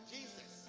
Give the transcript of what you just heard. Jesus